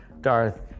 Darth